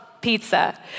pizza